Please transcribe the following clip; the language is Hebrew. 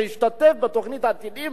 שהשתתף בתוכנית "עתידים",